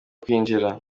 kwinjira